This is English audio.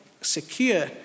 secure